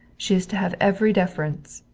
she is to have every deference.